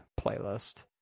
playlist